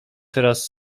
teraz